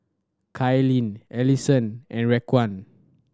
Kailyn Alyson and Raquan